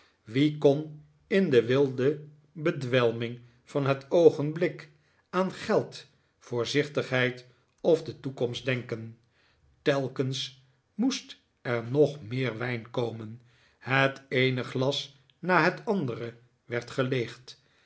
wie kon in de wilde bedwelming van het oogenblik aan geld voorzichtigheid of de toekomst denken telkens moest er nog meer wijn komen het eene glas na het andere werd geleegd